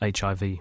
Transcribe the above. HIV